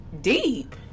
deep